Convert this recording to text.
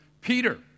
Peter